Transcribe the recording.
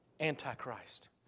Antichrist